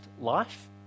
life